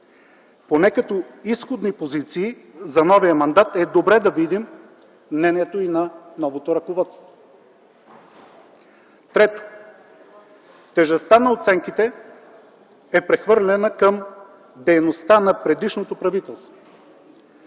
Поне като изходни позиции за новия мандат е добре да видим мнението и на новото ръководство. Трето, тежестта на оценките е прехвърлена към дейността на предишното правителство.